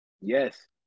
Yes